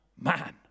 man